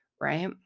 right